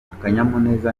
akanyamuneza